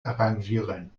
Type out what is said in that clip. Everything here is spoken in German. arrangieren